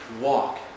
walk